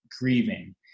grieving